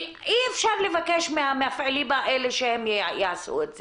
כי אי אפשר לבקש מהמפעילים האלה שהם יעשו את זה.